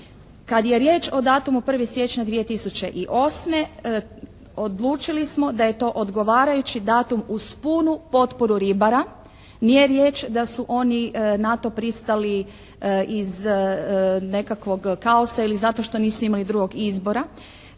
Kada je riječ o datumu 1. siječnja 2008. odlučili smo da je to odgovarajući datum uz punu potporu ribara. Nije riječ da su oni na to pristali iz nekakvog kaosa ili zato što nisu imali drugog izbora.